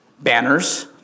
Banners